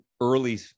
early